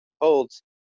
holds